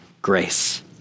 Grace